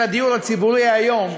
של הדיור הציבורי היום,